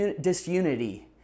disunity